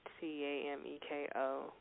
T-A-M-E-K-O